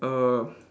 err